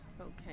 Okay